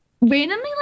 randomly